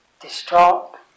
distraught